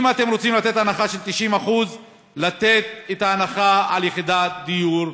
אם אתם רוצים לתת הנחה של 90% לתת את ההנחה על יחידת דיור,